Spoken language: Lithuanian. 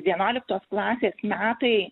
vienuoliktos klasės metai